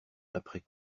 après